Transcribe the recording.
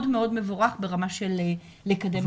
מאוד-מאוד מבורך ברמה של לקדם את הנושא.